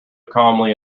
calmly